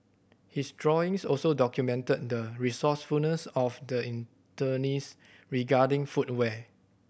his drawings also documented the resourcefulness of the internees regarding footwear